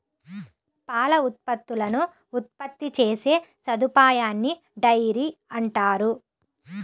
పాల ఉత్పత్తులను ఉత్పత్తి చేసే సదుపాయాన్నిడైరీ అంటారు